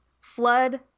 flood